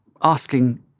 asking